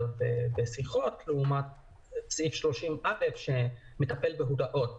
בשיחות לעומת סעיף 30(א) שמטפל בהודעות